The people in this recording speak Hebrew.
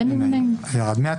רוויזיה.